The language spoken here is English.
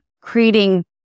creating